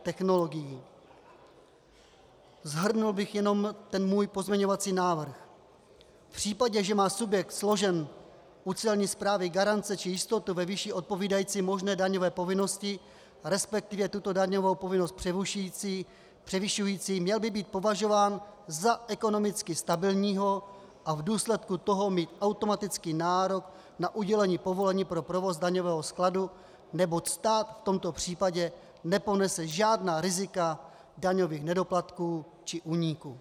Shrnul bych jen svůj pozměňovací návrh: V případě, že má subjekt složen u Celní správy garance či jistotu ve výši odpovídající možné daňové povinnosti, resp. tuto daňovou povinnost převyšující, měl by být považován za ekonomicky stabilního a v důsledku toho mít automaticky nárok na udělení povolení pro provoz daňového skladu, neboť stát v tomto případě neponese žádná rizika daňových nedoplatků či úniků.